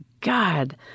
God